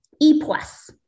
E-plus